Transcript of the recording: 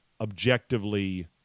objectively